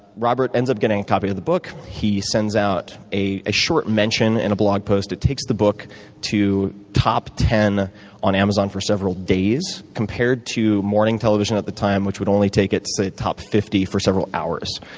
robert ends up getting a copy of the book. he sends out a a short mention in a blog post. it takes the book to top ten on amazon for several days. compared to morning television at the time, which would only take it to say the top fifty for several hours.